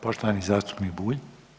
Poštovani zastupnik Bulj.